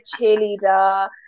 cheerleader